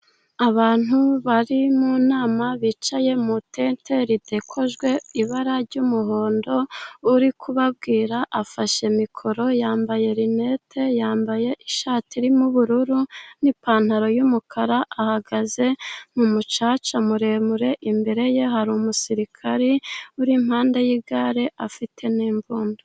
Abantu bari mu nama bicaye motente, ritekojwe ibara ry'umuhondo, uri kubabwira, afashe mikoro, yambaye rinete, yambaye ishati irimo ubururu, n'ipantaro y'umukara, ahagaze mu mucaca muremure, imbere ye hari umusirikari urimpande y'igare afite n'imbunda.